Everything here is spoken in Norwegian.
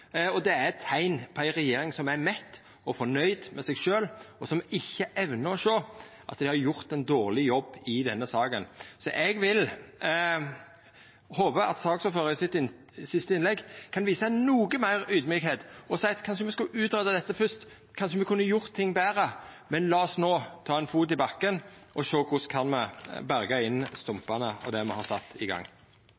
og det er eit teikn på ei regjering som er mett og fornøgd med seg sjølv, og som ikkje evnar å sjå at dei har gjort ein dårleg jobb i denne saka. Eg håpar at saksordføraren i det siste innlegget sitt kan vera noko meir audmjuk og seia at kanskje me skal greia ut dette først, kanskje me kunne gjort ting betre, men lat oss no ta ein fot i bakken og sjå korleis me kan berga stumpane av det me